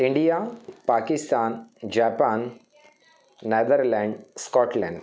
India Pakistan Japan Netherland Scotland